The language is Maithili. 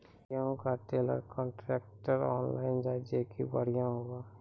गेहूँ का ट्रेलर कांट्रेक्टर ऑनलाइन जाए जैकी बढ़िया हुआ